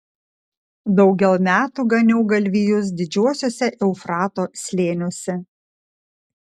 daugel metų ganiau galvijus didžiuosiuose eufrato slėniuose